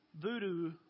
Voodoo